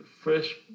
fresh